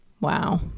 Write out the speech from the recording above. wow